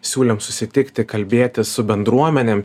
siūlėm susitikti kalbėtis su bendruomenėm